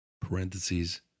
parentheses